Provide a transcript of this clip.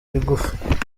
igufa